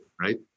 right